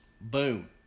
boom